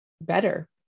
better